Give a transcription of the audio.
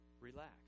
Relax